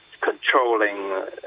controlling